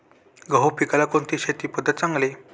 गहू पिकाला कोणती शेती पद्धत चांगली?